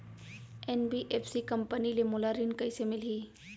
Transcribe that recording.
NBFC company ले मोला ऋण कइसे मिलही?